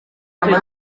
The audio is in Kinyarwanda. inama